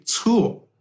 tool